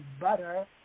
butter